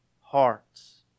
hearts